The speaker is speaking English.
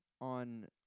on